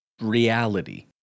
reality